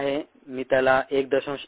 हे आहे मी त्याला 1